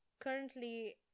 currently